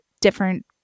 different